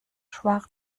schwarz